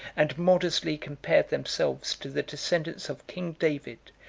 and modestly compared themselves to the descendants of king david,